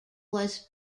was